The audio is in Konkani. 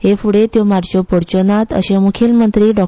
हे फुडें त्यो मारच्यो पडच्यो नात अशें म्खेलमंत्री डॉ